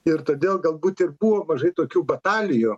ir todėl galbūt ir buvo mažai tokių batalijų